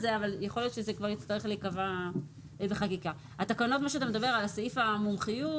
וגם את האחיות צריך לקדם לאחיות מומחיות